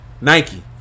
Nike